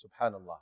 Subhanallah